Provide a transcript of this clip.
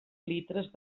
litres